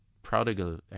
prodigal